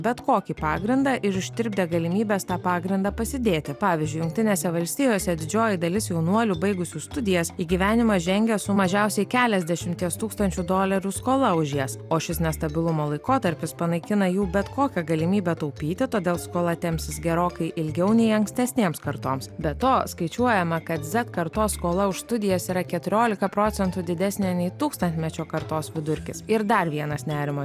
bet kokį pagrindą ir ištirpdė galimybės tą pagrindą pasidėti pavyzdžiui jungtinėse valstijose didžioji dalis jaunuolių baigusių studijas į gyvenimą žengia su mažiausiai keliasdešimties tūkstančių dolerių skola už jas o šis nestabilumo laikotarpis panaikina jų bet kokią galimybę taupyti todėl skola tempsis gerokai ilgiau nei ankstesnėms kartoms be to skaičiuojama kad kartos skola už studijas yra keturiolika procentų didesnė nei tūkstantmečio kartos vidurkis ir dar vienas nerimo